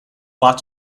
lot